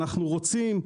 אנחנו רוצים",